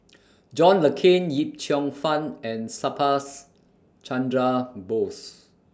John Le Cain Yip Cheong Fun and Subhas Chandra Bose